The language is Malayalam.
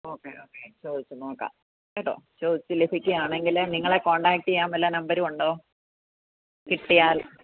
ഓക്കെ ഓക്കെ ചോദിച്ച് നോക്കാം കേട്ടോ ചോദിച്ച് ലഭിക്കുകയാണെങ്കിൽ നിങ്ങളെ കോണ്ടാക്റ്റ് ചെയ്യാൻ വല്ല നമ്പറും ഉണ്ടോ കിട്ടിയാൽ